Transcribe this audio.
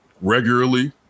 regularly